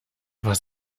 was